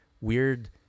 weird